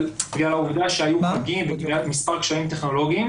העובדה שהיו חגים ומספר קשיים טכנולוגיים.